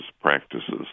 practices